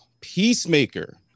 peacemaker